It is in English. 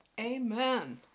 Amen